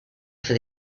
for